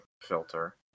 filter